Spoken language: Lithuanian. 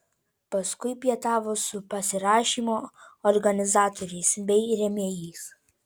paskui pietavo su pasirašymo organizatoriais bei rėmėjais